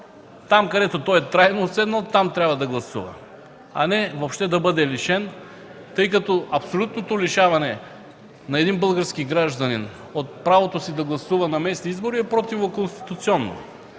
Там, където е трайно отседнал, там трябва да гласува, а не въобще да бъде лишен, тъй като абсолютното лишаване на български гражданин от правото му да гласува на местни избори е противоконституционно.